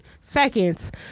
seconds